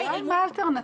השאלה מה האלטרנטיבה.